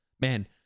Man